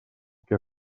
que